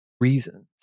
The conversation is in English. reasons